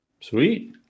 Sweet